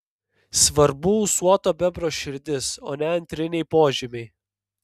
svarbu ūsuoto bebro širdis o ne antriniai požymiai